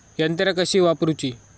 यंत्रा कशी वापरूची?